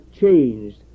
changed